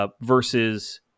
Versus